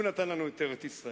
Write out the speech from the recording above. הוא נתן לנו את ארץ-ישראל,